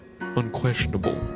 unquestionable